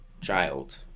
child